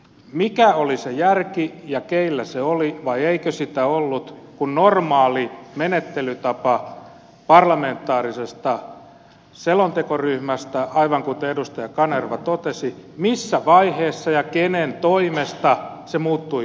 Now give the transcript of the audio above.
mikä oli se järki ja keillä se oli vai eikö sitä ollut kun normaali menettelytapa parlamentaarisesta selontekoryhmästä aivan kuten edustaja kanerva totesi missä vaiheessa ja kenen toimesta muuttui kontaktiryhmäksi